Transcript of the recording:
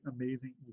amazing